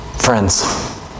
Friends